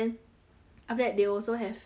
after that they also have um